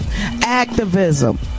Activism